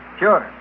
sure